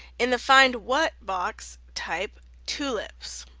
in the find what box type tulips.